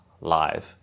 live